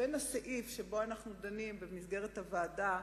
בין הסעיף שבו אנחנו דנים במסגרת הוועדה,